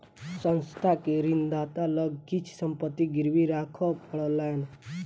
संस्थान के ऋणदाता लग किछ संपत्ति गिरवी राखअ पड़लैन